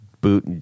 boot